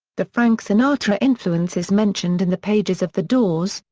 the frank sinatra influence is mentioned in the pages of the doors,